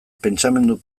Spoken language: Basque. pentsamendu